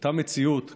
אותה מציאות קשה,